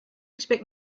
expect